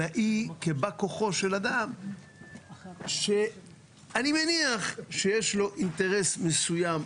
אלא היא כבא כוחו של אדם שאני מניח שיש לו אינטרס מסוים,